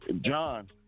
John